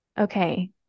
okay